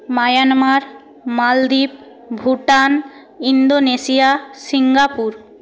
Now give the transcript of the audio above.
Myanmar Maldives Bhutan Indonesia Singapore